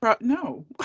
No